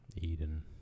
Eden